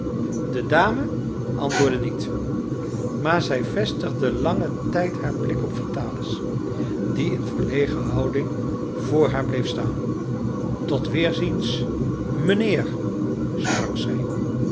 de dame antwoordde niet maar zij vestigde langen tijd haar blik op vitalis die in verlegen houding voor haar bleef staan tot weerziens mijnheer sprak zij